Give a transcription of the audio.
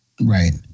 right